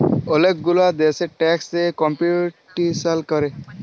ওলেক গুলা দ্যাশে ট্যাক্স এ কম্পিটিশাল ক্যরে